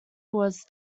was